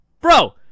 Bro